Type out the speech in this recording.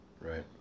right